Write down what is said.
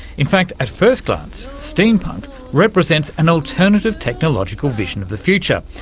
in fact, at first glance, steampunk represents an alternative technological vision of the future,